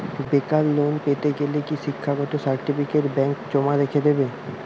বেকার লোন পেতে গেলে কি শিক্ষাগত সার্টিফিকেট ব্যাঙ্ক জমা রেখে দেবে?